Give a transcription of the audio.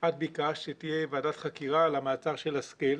את ביקשת שתהיה ועדת חקירה על המעצר של השכל,